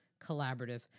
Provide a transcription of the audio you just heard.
collaborative